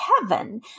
heaven